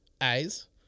eyes